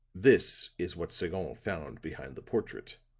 this is what sagon found behind the portrait,